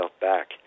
back